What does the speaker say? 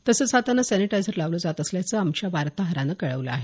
तसंच हातांना सॅनिटायझर लावले जात असल्याचं आमच्या वार्ताहरानं कळवलं आहे